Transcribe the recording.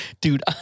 Dude